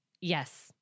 Yes